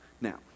Now